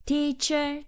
Teacher